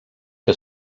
que